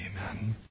Amen